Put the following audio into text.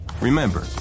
Remember